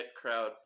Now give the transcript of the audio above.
crowd